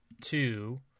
two